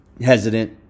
hesitant